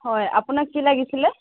হয় আপোনাক কি লাগিছিলে